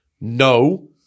No